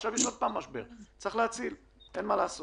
עכשיו יש שוב משבר וצריך להציל, אין מה לעשות.